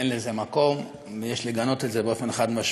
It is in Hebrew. אין לזה מקום, יש לגנות את זה באופן חד-משמעי,